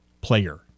player